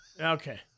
Okay